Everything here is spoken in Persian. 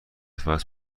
فصل